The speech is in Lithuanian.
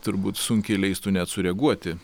turbūt sunkiai leistų net sureaguoti